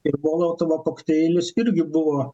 ir molotovo kokteilis irgi buvo